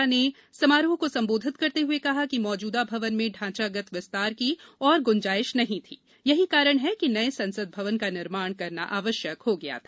लोकसभा अध्यक्ष ओम बिरला ने समारोह को संबोधित करते हुए कहा कि मौजूदा भवन में ढांचागत विस्तार की और गुंजाइश नहीं थी यही कारण है कि नए संसद भवन का निर्माण करना आवश्यक हो गया था